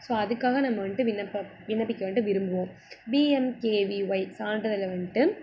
so அதற்காக நம்ம வந்துட்டு விண்ணப்ப விண்ணப்பிக்க வந்துட்டு விரும்புவோம் பிஎன்கேவிஒய் சான்றிதழ்ல வந்துட்டு